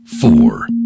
four